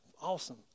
Awesome